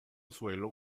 suelo